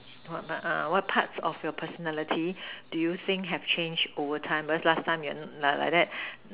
what err what type of your personality do you think have changed over time because last time you're like like that